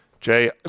Jay